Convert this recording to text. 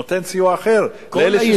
נותן סיוע אחר לאלה שזקוקים,